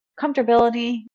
comfortability